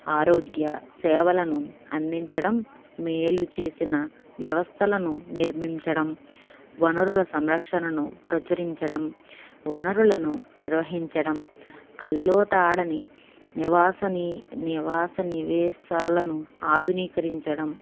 ఆరోగ్య సేవలను అందించడం మేలు చేసిన వ్యవస్థలను నిర్మించడం వనరుల సంరక్షణను ప్రచురించడం వనరులను నిర్వహించడం కల్లోతాడని నివాస ని నివాస నివేసాలను ఆధునీకరించడం